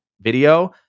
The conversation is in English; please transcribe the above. video